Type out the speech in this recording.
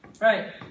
Right